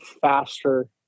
faster